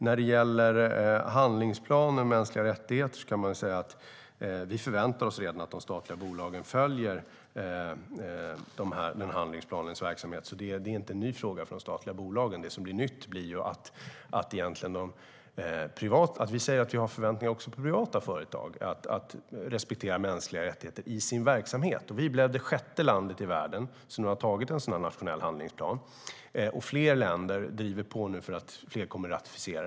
När det gäller handlingsplanen för mänskliga rättigheter förväntar vi oss redan att de statliga bolagen följer den, så det är ingen ny fråga för dem. Det som är nytt är att vi säger att vi också har förväntningar på att privata företag respekterar mänskliga rättigheter i sin verksamhet. Vi är det sjätte landet i världen som har antagit en sådan nationell handlingsplan, och fler länder driver nu på för en ratificering.